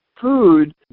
food